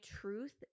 truth